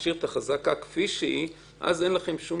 נשאיר את החזקה כפי שהיא אז אין לכם שום